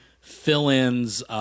fill-ins